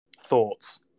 Thoughts